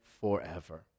forever